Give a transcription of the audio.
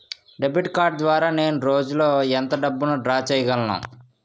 Debit card ద్వారా నేను రోజు లో ఎంత డబ్బును డ్రా చేయగలను?